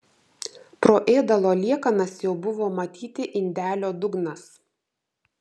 pro ėdalo liekanas jau buvo matyti indelio dugnas